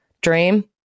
Dream